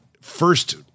first